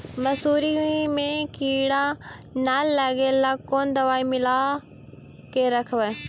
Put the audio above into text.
मसुरी मे किड़ा न लगे ल कोन दवाई मिला के रखबई?